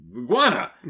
Iguana